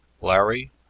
Larry